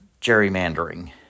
gerrymandering